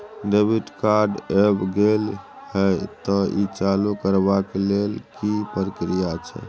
Debit card ऐब गेल हैं त ई चालू करबा के लेल की प्रक्रिया छै?